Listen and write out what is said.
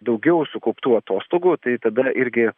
daugiau sukauptų atostogų tai tada irgi